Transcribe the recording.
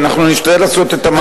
ואנחנו נשתדל לעשות את המקסימום.